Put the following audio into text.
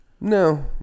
No